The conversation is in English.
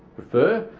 prefer.